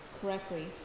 correctly